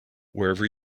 wherever